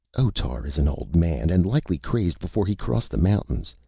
otar is an old man, and likely crazed before he crossed the mountains.